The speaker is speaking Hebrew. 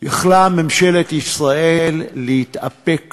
יכלה ממשלת ישראל להתאפק